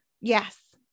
yes